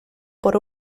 por